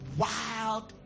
wild